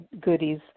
goodies